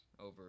over